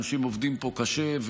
אנשים עובדים פה קשה,